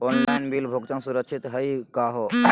Online bill भुगतान सुरक्षित हई का हो?